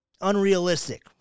unrealistic